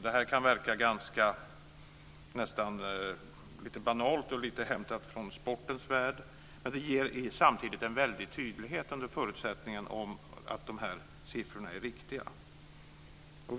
Detta kan verka nästan lite banalt och hämtat från sportens värld. Men det ger en väldig tydlighet under förutsättning att siffrorna är riktiga.